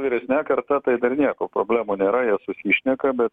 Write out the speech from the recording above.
vyresne karta tai dar nieko problemų nėra jie susišneka bet